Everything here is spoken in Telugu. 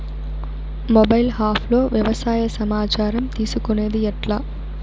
మొబైల్ ఆప్ లో వ్యవసాయ సమాచారం తీసుకొనేది ఎట్లా?